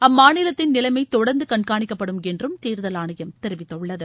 அம்மாநிலத்தின் நிலைமை தொடரந்து கண்காணிக்கப்படும் என்றும் தேர்தல் ஆணையம் தெரிவித்துள்ளது